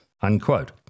unquote